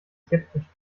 skeptisch